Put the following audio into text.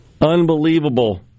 Unbelievable